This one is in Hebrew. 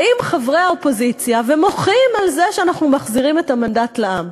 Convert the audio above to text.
באים חברי האופוזיציה ומוחים על זה שאנחנו מחזירים את המנדט לעם.